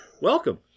Welcome